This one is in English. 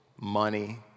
money